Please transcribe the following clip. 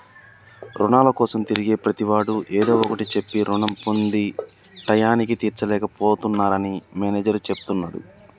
రుణాల కోసం తిరిగే ప్రతివాడు ఏదో ఒకటి చెప్పి రుణం పొంది టైయ్యానికి తీర్చలేక పోతున్నరని మేనేజర్ చెప్తున్నడు